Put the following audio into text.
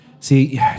See